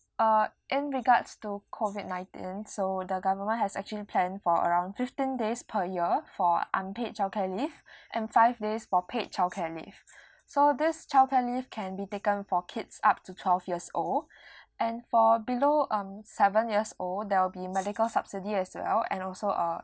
uh in regards to COVID nineteen so the government has actually planned for around fifteen days per year for unpaid childcare leave and five days for paid childcare leave so this childcare leave can be taken for kids up to twelve years old and for below um seven years old there will be medical subsidy as well and also uh